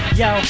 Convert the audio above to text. yo